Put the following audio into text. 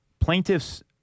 Plaintiffs